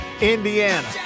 Indiana